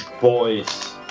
boys